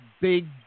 big